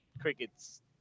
crickets